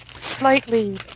slightly